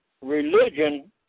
religion